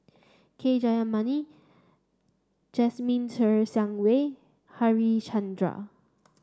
K Jayamani Jasmine Ser Xiang Wei Harichandra